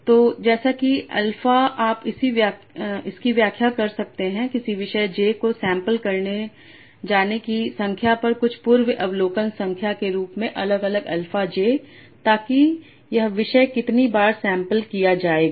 तो जैसे कि अल्फा आप इसकी व्याख्या कर सकते हैं किसी विषय j को सैंपल किए जाने की संख्या पर कुछ पूर्व अवलोकन संख्या के रूप में अलग अलग अल्फ़ा j ताकि यह विषय कितनी बार सैंपल किया जाएगा